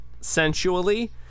sensually